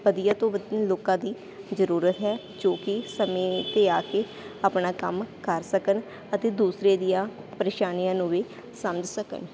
ਵਧੀਆ ਤੋਂ ਵਧ ਲੋਕਾਂ ਦੀ ਜ਼ਰੂਰਤ ਹੈ ਜੋ ਕਿ ਸਮੇਂ 'ਤੇ ਆ ਕੇ ਆਪਣਾ ਕੰਮ ਕਰ ਸਕਣ ਅਤੇ ਦੂਸਰੇ ਦੀਆਂ ਪਰੇਸ਼ਾਨੀਆਂ ਨੂੰ ਵੀ ਸਮਝ ਸਕਣ